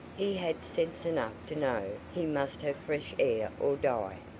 he had sense enough to know he must have fresh air or die.